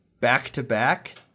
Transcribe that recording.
back-to-back